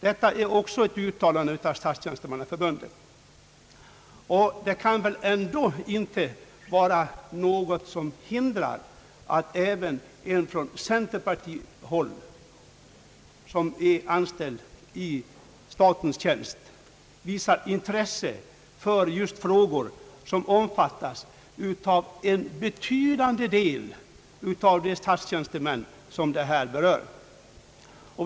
Det kan väl heller inte finnas något hinder för en representant från centerpartiet som är anställd i statens tjänst att visa intresse för frågor som omfattas av en betydande del av de statstjänstemän som här berörs.